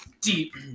Deep